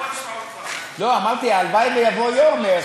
אמרתי הלוואי שיבוא יום,